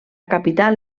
capital